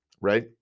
right